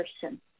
person